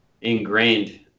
ingrained